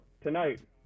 tonight